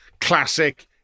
classic